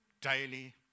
Daily